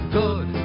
good